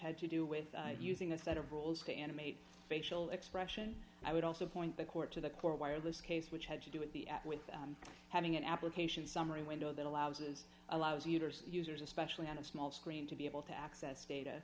had to do with using a set of rules to animate facial expression i would also point the court to the court wireless case which had to do with the at with having an application summary window that allows is allows users users especially on a small screen to be able to access data